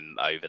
over